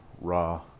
raw